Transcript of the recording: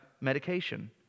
medication